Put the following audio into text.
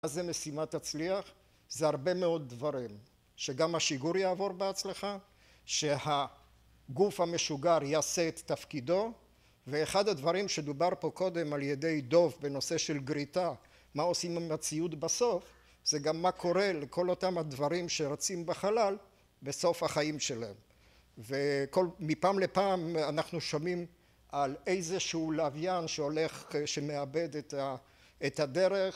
מה זה משימה תצליח? זה הרבה מאוד דברים. שגם השיגור יעבור בהצלחה, שהגוף המשוגר יעשה את תפקידו, ואחד הדברים שדובר פה קודם על ידי דוב בנושא של גריטה, מה עושים במציאות בסוף, זה גם מה קורה לכל אותם הדברים שרצים בחלל, בסוף החיים שלהם. ומפעם לפעם אנחנו שומעים על איזשהו לווין שהולך... שמאבד את הדרך